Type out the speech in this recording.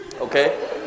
okay